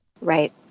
Right